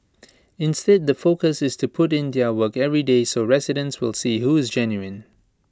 instead the focus is to put in their work every day so residents will see who is genuine